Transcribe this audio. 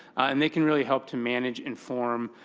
and they can really help to manage, inform,